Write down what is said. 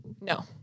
No